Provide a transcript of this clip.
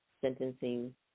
sentencing